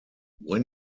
when